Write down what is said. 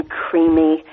creamy